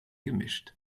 gemischt